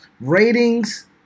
ratings